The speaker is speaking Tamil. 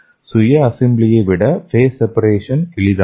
சுய அசெம்பிளியை விட பேஸ் செபரேஷன் எளிதானது